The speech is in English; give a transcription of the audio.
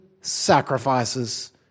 sacrifices